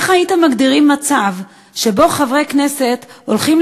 איך הייתם מגדירים מצב שבו חברי כנסת הולכים